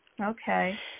Okay